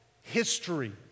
history